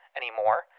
anymore